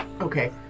okay